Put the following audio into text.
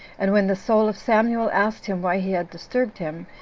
and when the soul of samuel asked him why he had disturbed him,